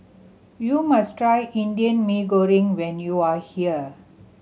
you must try Indian Mee Goreng when you are here